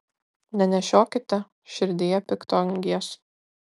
nenešiokite širdyje pikto angies